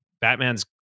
Batman's